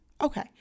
Okay